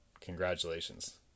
Congratulations